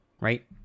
right